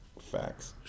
Facts